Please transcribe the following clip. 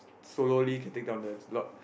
solo-ly can take down the Lord